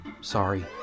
sorry